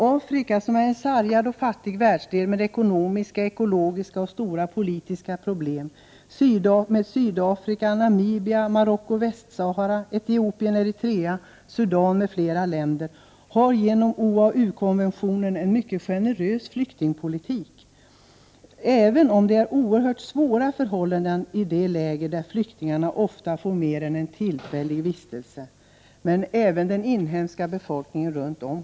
Afrika — som är en sargad och fattig världsdel med ekonomiska, ekologiska och stora politiska problem i t.ex. Sydafrika, Namibia, Marocko och Västsahara, Etiopien och Eritrea, Sudan, m.fl. länder — har genom OAU konventionen en mycket generös flyktingpolitik, även om det är oerhört svåra förhållanden i de läger där flyktingarna ofta får mer en än tillfällig vistelse. Men även den inhemska befolkningen har det svårt.